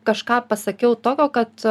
kažką pasakiau tokio kad